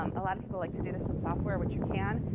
um a lot of people like to do this in software, which you can.